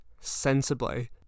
sensibly